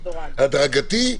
הדרגתי,